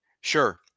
Sure